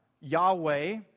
Yahweh